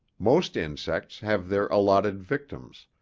most insects have their allotted victims,